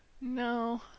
No